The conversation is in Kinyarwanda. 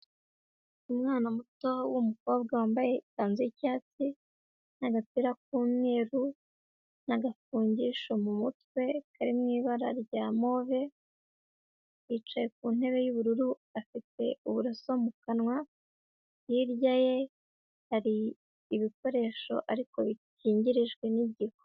Umwana muto w'umukobwa, wambaye ikanzu y'icyatsi n'agapira k'umweru, n'agafugisho mu mutwe, kari mu ibara rya move, yicaye ku ntebe y'ubururu afite uburoso mu kanwa, hirya ye hari ibikoresho ariko bikingirijwe n'igihu.